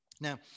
Now